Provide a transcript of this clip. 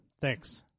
Thanks